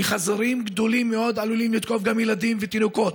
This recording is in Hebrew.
כי חזירים גדולים מאוד עלולים לתקוף גם ילדים ותינוקות.